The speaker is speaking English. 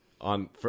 on